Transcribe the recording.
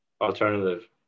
alternative